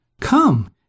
Come